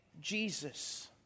Jesus